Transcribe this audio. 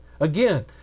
Again